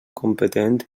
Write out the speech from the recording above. competent